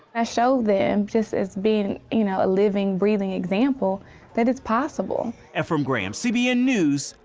i show them just as being and you know a living, breathing example that its possible. efrem graham, cbn news,